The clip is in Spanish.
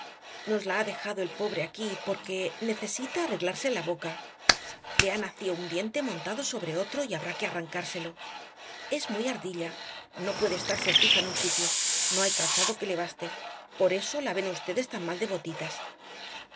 nos la ha dejado el pobre aquí porque necesita arreglarse la boca le ha nacío un diente montado sobre otro y habrá que arrancárselo es muy ardilla no puede estarse fija en un sitio no hay calzado que le baste por eso la ven vds tan mal de botitas